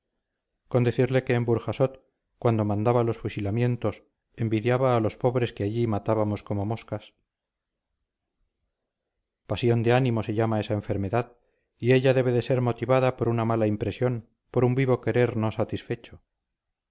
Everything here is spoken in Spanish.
con decirle que en burjasot cuando mandaba los fusilamientos envidiaba a los pobres que allí matábamos como moscas pasión de ánimo se llama esa enfermedad y ella debe de ser motivada por una mala impresión por un vivo querer no satisfecho